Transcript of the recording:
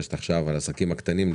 שמתרחשת עכשיו בעסקים הקטנים,